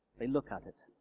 they look at it.